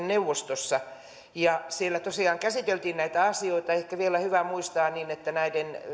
neuvostossa ja siellä tosiaan käsiteltiin näitä asioita ehkä on hyvä vielä muistaa että